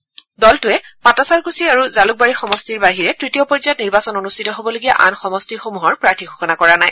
অৱশ্যে দলটোৱে পাটাছাৰকুছি আৰু জালুকবাৰী সমষ্টিৰ বাহিৰে তৃতীয় পৰ্যায়ত নিৰ্বাচন অনুষ্ঠিত হবলগীয়া আন সমষ্টিসমূহৰ প্ৰাৰ্থী ঘোষণা কৰা নাই